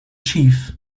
chief